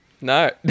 No